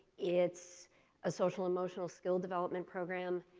it's a social-emotional skill development program.